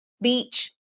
beach